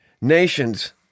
nations